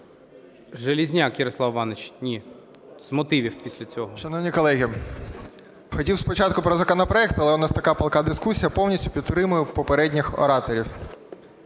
Железняк Ярослав Іванович. Ні, з мотивів після цього.